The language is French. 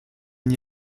n’y